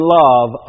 love